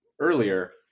earlier